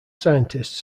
scientists